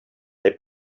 they